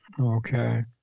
Okay